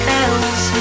else